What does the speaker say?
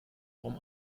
warum